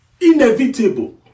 inevitable